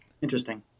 Interesting